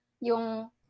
yung